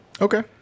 Okay